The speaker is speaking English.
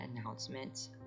announcement